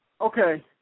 Okay